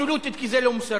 אבסולוטית, כי זה לא מוסרי,